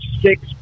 six